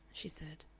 she said.